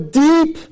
deep